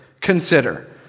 Consider